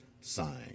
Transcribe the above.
sign